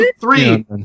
three